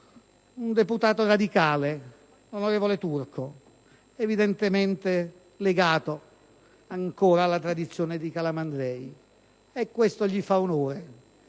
un deputato radicale, l'onorevole Turco, evidentemente legato ancora alla tradizione di Calamandrei, e questo gli fa onore,